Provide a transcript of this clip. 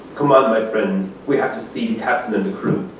come on, my friends, we have to see the captain and the crew.